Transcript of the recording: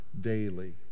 daily